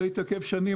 זה התעכב במשך שנים,